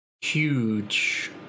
Huge